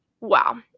Wow